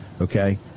Okay